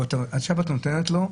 עכשיו את נותנת לו,